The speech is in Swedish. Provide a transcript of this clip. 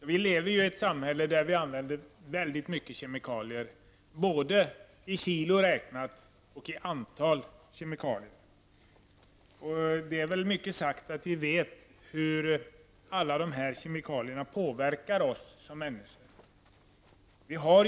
Herr talman! Vi lever i ett samhälle där vi använder väldigt mycket kemikalier, räknat i både kilo och i antal kemikalier. Det är väl mycket sagt att vi vet hur alla dessa kemikalier påverkar oss människor.